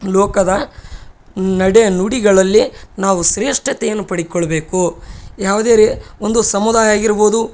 ಲೋಕದ ನಡೆ ನುಡಿಗಳಲ್ಲಿ ನಾವು ಶ್ರೇಷ್ಠತೆಯನ್ನು ಪಡಕೊಳ್ಬೇಕು ಯಾವ್ದಾರು ಒಂದು ಸಮುದಾಯ ಆಗಿರಬೋದು